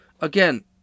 Again